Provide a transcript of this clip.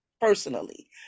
personally